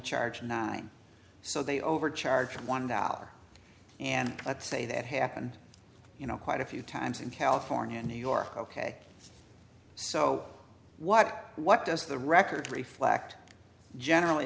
charge nine so they overcharged one dollar and let's say that happens you know quite a few times in california new york ok so what what does the record reflect generally